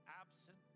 absent